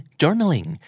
journaling